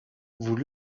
vous